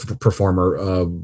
performer